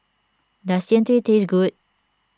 does Jian Dui taste good